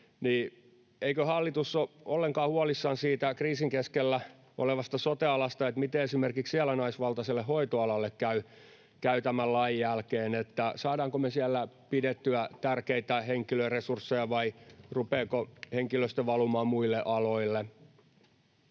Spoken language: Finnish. eikö hallitus ole ollenkaan huolissaan siitä kriisin keskellä olevasta sote-alasta? Miten esimerkiksi naisvaltaiselle hoitoalalle käy tämän lain jälkeen? Saadaanko me siellä pidettyä tärkeitä henkilöresursseja vai rupeaako henkilöstö valumaan muille aloille?